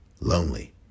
lonely